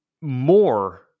more